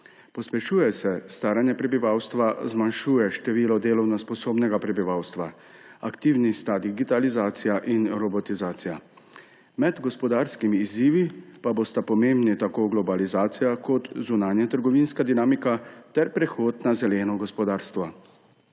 Pospešuje se staranje prebivalstva, zmanjšuje število delovno sposobnega prebivalstva, aktivni stadij digitalizacija in robotizacija. Med gospodarskimi izzivi pa bosta pomembni tako globalizacija kot zunanjetrgovinska dinamika ter prehod na zeleno gospodarstvo.